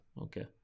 Okay